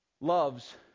loves